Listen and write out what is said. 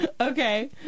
Okay